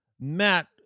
Matt